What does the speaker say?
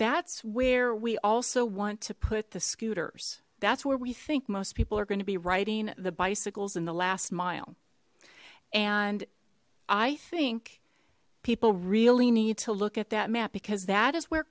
that's where we also want to put the scooters that's where we think most people are going to be writing the bicycles in the last mile and i think people really need to look at that map because that is where